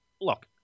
Look